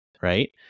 right